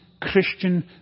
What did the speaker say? Christian